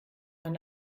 man